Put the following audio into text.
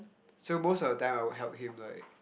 so most of the time I will help him like